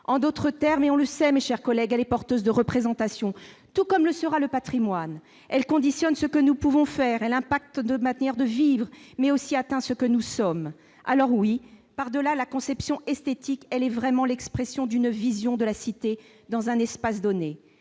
En d'autres termes, et nous le savons, mes chers collègues, l'architecture est porteuse de représentations, tout comme le sera le patrimoine. Elle conditionne ce que nous pouvons faire, elle impacte notre manière de vivre, mais atteint aussi ce que nous sommes. Alors oui, par-delà la conception esthétique, elle est vraiment l'expression d'une vision de la cité dans un espace donné.